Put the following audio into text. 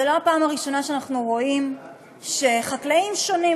זאת לא הפעם הראשונה שאנחנו רואים שחקלאים שונים,